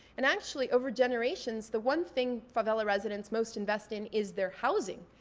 and actually, over generations, the one thing favela residents most invest in is their housing.